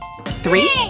Three